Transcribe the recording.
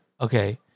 Okay